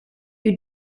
you